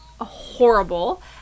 horrible